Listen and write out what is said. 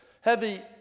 heavy